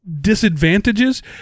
disadvantages